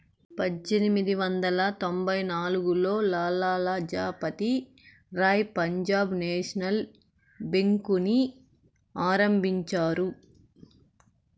పజ్జేనిమిది వందల తొంభై నాల్గులో లాల లజపతి రాయ్ పంజాబ్ నేషనల్ బేంకుని ఆరంభించారు